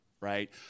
right